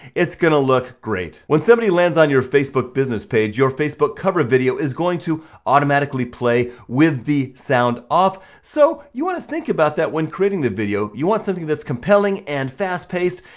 it's gonna look great. when somebody lands on your facebook business page, your facebook cover video is going to automatically play with the sound off, so you wanna think about that when creating the video. you want something that's compelling and fast paced,